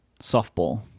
Softball